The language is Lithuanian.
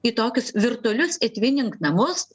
į tokius virtualius etvinink namus